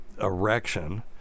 erection